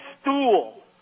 stool